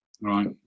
Right